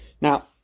Now